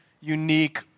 unique